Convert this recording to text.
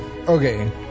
Okay